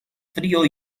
frío